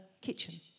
kitchen